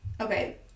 okay